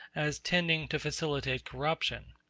as tending to facilitate corruption.